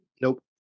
Nope